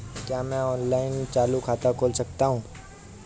क्या मैं ऑनलाइन चालू खाता खोल सकता हूँ?